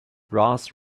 brass